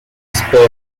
despair